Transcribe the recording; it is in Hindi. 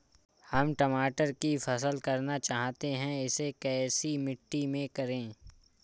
हम टमाटर की फसल करना चाहते हैं इसे कैसी मिट्टी में करें?